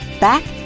back